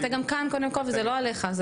אתה כאן קודם כל וזה לא עלייך,